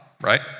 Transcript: right